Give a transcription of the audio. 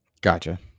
gotcha